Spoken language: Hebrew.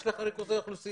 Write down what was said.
יש לך ריכוזי אוכלוסייה